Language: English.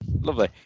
lovely